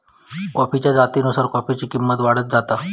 कॉफीच्या जातीनुसार कॉफीची किंमत वाढत जाता